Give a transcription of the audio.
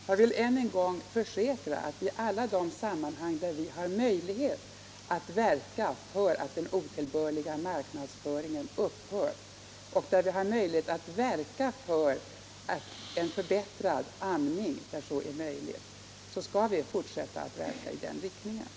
Jag vill än en gång försäkra att i alla de sammanhang där vi har möjlighet att verka för att den otillbörliga marknadsföringen upphör och där vi har möjlighet att verka för en förbättrad amning, när så är möjligt, skall vi fortsätta att verka i den riktningen.